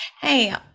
Hey